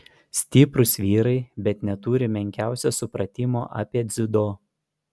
stiprūs vyrai bet neturi menkiausio supratimo apie dziudo